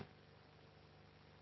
grazie.